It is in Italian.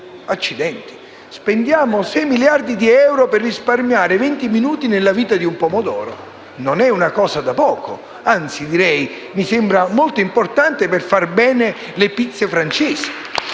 minuti. Spendiamo 6 miliardi di euro per risparmiare venti minuti nella vita di un pomodoro. Non è una cosa da poco. Anzi, mi sembra molto importante per fare bene le pizze francesi.